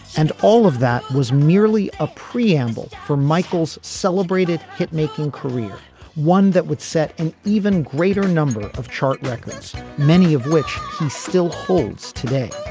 and all of that was merely a preamble for michael's celebrated hit making career one that would set an even greater number of chart records many of which he still holds. today